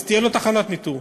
אז תהיה לו תחנת ניטור,